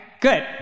good